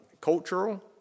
cultural